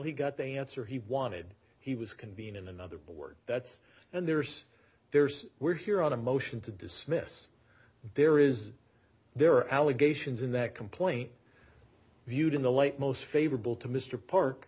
he got the answer he wanted he was convene in another board that's and there's there's we're here on a motion to dismiss there is there are allegations in that complaint viewed in the light most favorable to mr park